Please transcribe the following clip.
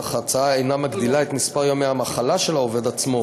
אך ההצעה אינה מגדילה את מספר ימי המחלה של העובד עצמו.